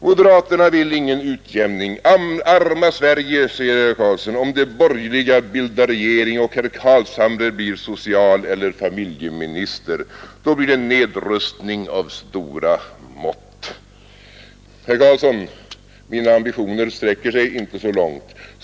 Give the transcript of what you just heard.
Moderaterna vill ingen utjämning — arma Sverige, säger herr Karlsson, om de borgerliga bildar regering och herr Carlshamre blir socialeller familjeminister. Då blir det nedrustning av stora mått. Herr Karlsson, mina ambitioner sträcker sig inte så långt.